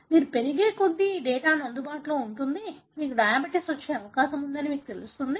మీరు పెరిగే కొద్దీ ఈ డేటా అందుబాటులో ఉంటుంది మీకు డయాబెటిస్ వచ్చే అవకాశం ఉందని మీకు తెలుస్తుంది